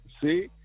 see